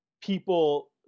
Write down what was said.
people